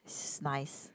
is nice